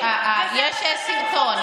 יש סרטון,